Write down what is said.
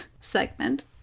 segment